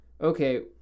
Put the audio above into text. okay